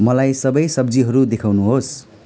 मलाई सब सब्जीहरू देखाउनु होस्